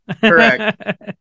Correct